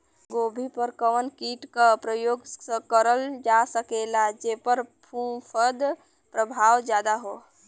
गोभी पर कवन कीट क प्रयोग करल जा सकेला जेपर फूंफद प्रभाव ज्यादा हो?